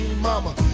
mama